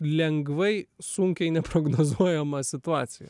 lengvai sunkiai neprognozuojama situacija